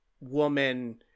woman